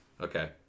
Okay